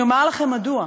אני אומר לכם מדוע,